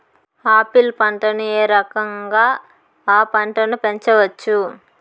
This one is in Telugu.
ఆపిల్ పంటను ఏ రకంగా అ పంట ను పెంచవచ్చు?